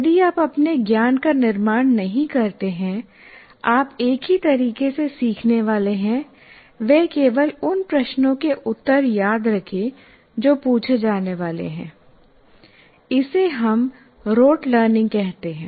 यदि आप अपने ज्ञान का निर्माण नहीं करते हैं आप एक ही तरीके से सीखने वाले हैं वह केवल उन प्रश्नों के उत्तर याद रखें जो पूछे जाने वाले हैं इसे हम रोट लर्निंग कहते हैं